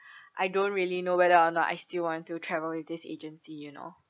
I don't really know whether or not I still want to travel with this agency you know